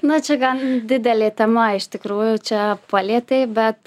na čia gan didelė tema iš tikrųjų čia palietei bet